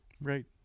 right